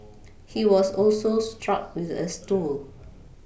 he was also struck with a stool